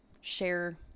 share